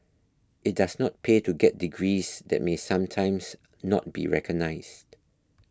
it does not pay to get degrees that may sometimes not be recognised